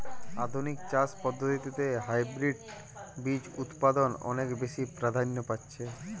আধুনিক চাষ পদ্ধতিতে হাইব্রিড বীজ উৎপাদন অনেক বেশী প্রাধান্য পাচ্ছে